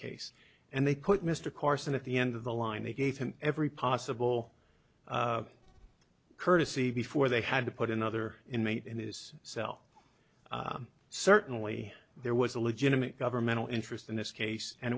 case and they put mr carson at the end of the line they gave him every possible courtesy before they had to put another inmate in this cell certainly there was a legitimate governmental interest in this case and